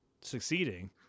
succeeding